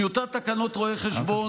טיוטת תקנות רואי חשבון,